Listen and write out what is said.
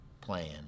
plan